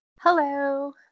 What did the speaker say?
Hello